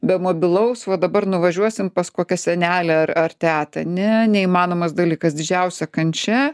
be mobilaus va dabar nuvažiuosim pas kokią senelę ar ar tetą ne neįmanomas dalykas didžiausia kančia